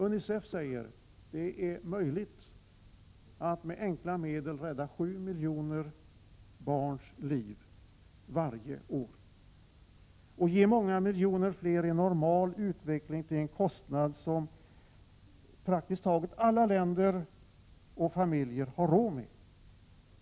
UNICEF menar att det är möjligt att med enkla medel rädda 7 miljoner barns liv varje år. Det är också möjligt att ge många miljoner fler en normal utveckling till en kostnad som praktiskt taget alla länder och familjer har råd med.